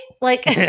like